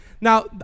Now